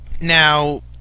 Now